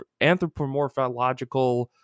anthropomorphological